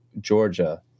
Georgia